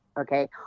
Okay